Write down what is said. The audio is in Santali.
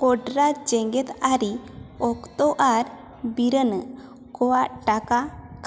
ᱠᱚᱰᱨᱟ ᱡᱮᱜᱮᱫ ᱟᱹᱨᱤ ᱚᱠᱛᱚ ᱟᱨ ᱵᱤᱨᱟᱹᱱᱟᱹ ᱠᱚᱣᱟᱜ ᱴᱟᱠᱟ